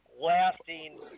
lasting